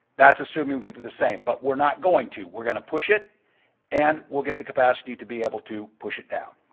that's assuming we keep it the same but we're not going to, we're going to push it and we get the capacity to be able to push it down.